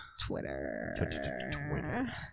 Twitter